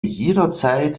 jederzeit